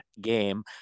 game